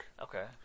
Okay